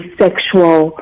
sexual